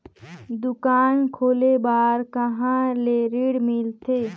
दुकान खोले बार कहा ले ऋण मिलथे?